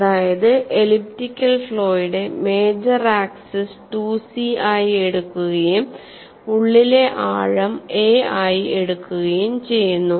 അതായത് എലിപ്റ്റിക്കൽ ഫ്ലോയുടെ major axis 2 C ആയി എടുക്കുകയും ഉള്ളിലെ ആഴം a ആയി എടുക്കുകയും ചെയ്യുന്നു